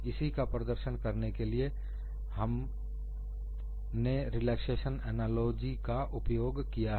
इसी का प्रदर्शन करने के लिए हमने रिलैक्सेशन एनालॉजी का उपयोग किया है